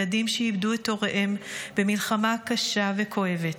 ילדים שאיבדו את הוריהם במלחמה קשה וכואבת.